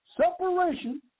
separation